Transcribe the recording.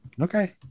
Okay